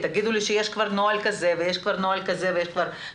שתגידו לי שיש כבר נוהל כזה ויש כבר נוהל כזה וכזה.